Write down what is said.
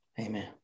Amen